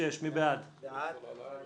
הרביזיה (2)